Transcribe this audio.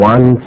One